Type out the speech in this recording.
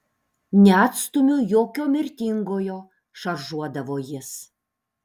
neatstumiu jokio mirtingojo šaržuodavo jis